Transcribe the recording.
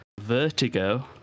vertigo